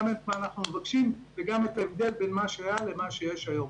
מה אנחנו מבקשים וגם את ההבדל בין מה שהיה לבין מה שיש היום.